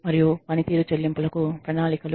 మరియు పనితీరు చెల్లింపుల కు ప్రణాళికలు